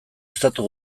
estatu